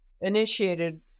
initiated